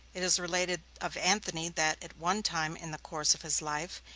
it is related of antony that, at one time in the course of his life,